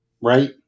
Right